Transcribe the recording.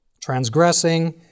transgressing